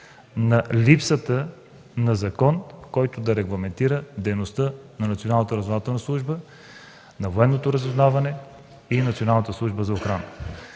на липсата на закон, който да регламентира дейността на Националната разузнавателна служба, на Военното разузнаване и на Националната служба за охрана.